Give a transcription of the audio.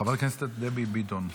חברת הכנסת דבי ביטון.